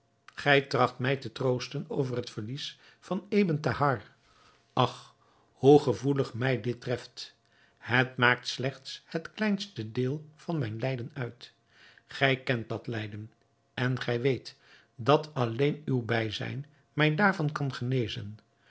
gij tracht mij te troosten over het verlies van ebn thahar ach hoe gevoelig mij dit treft het maakt slechts het kleinste deel van mijn lijden uit gij kent dat lijden en gij weet dat alleen uw bijzijn mij daarvan kan genezen